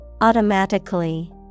Automatically